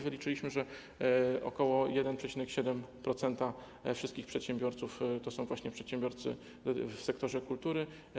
Wyliczyliśmy, że ok. 1,7% wszystkich przedsiębiorców to są właśnie przedsiębiorcy w sektorze kultury.